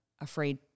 afraid